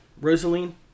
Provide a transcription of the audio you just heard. Rosaline